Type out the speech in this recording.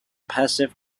passive